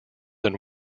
than